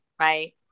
right